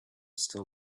still